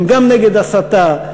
הם גם נגד הסתה,